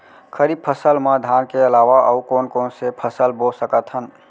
खरीफ फसल मा धान के अलावा अऊ कोन कोन से फसल बो सकत हन?